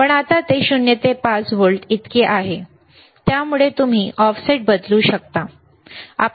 पण आता ते 0 ते 5 व्होल्ट इतके आहे त्यामुळे तुम्ही ऑफसेट बदलू शकता ठीक आहे